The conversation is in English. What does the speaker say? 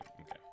Okay